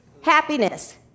Happiness